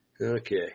Okay